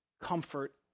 comfort